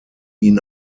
ihn